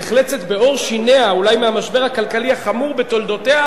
נחלצת בעור שיניה אולי מהמשבר הכלכלי החמור בתולדותיה,